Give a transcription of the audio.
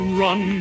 run